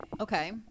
Okay